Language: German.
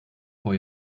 vor